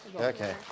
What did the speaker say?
Okay